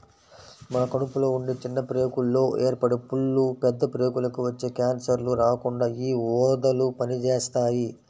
మన కడుపులో ఉండే చిన్న ప్రేగుల్లో ఏర్పడే పుళ్ళు, పెద్ద ప్రేగులకి వచ్చే కాన్సర్లు రాకుండా యీ ఊదలు పనిజేత్తాయి